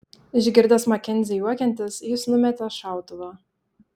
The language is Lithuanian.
išgirdęs makenzį juokiantis jis numetė šautuvą